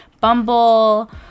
Bumble